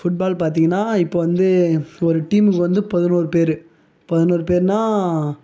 football பார்த்தீங்கன்னா இப்போ வந்து ஒரு டீமுக்கு வந்து பதினொரு பேரு பதினொரு பேருனா